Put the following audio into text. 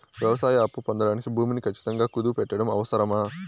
వ్యవసాయ అప్పు పొందడానికి భూమిని ఖచ్చితంగా కుదువు పెట్టడం అవసరమా?